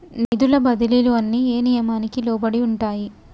నిధుల బదిలీలు అన్ని ఏ నియామకానికి లోబడి ఉంటాయి?